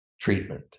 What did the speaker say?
treatment